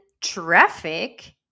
traffic